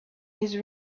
his